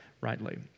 rightly